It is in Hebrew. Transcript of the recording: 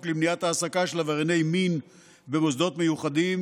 למניעת העסקה של עברייני מין במוסדות מיוחדים,